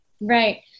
Right